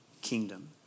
kingdom